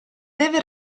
deve